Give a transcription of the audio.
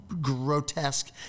grotesque